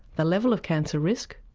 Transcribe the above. the level of cancer risk,